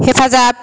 हेफाजाब